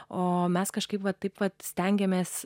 o mes kažkaip va taip pat stengiamės